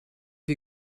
wir